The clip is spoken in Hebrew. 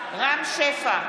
רם שפע,